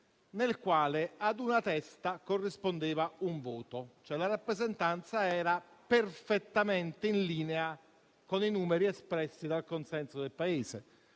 nel quale ad una testa corrispondeva un voto. La rappresentanza, cioè, era perfettamente in linea con i numeri espressi dal consenso del Paese.